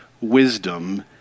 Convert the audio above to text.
wisdom